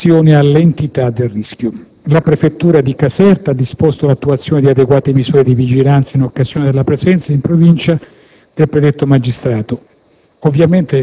in relazione all'entità del rischio. La prefettura di Caserta ha disposto l'attuazione di adeguate misure di vigilanza in occasione della presenza in Provincia del predetto magistrato.